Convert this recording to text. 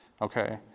Okay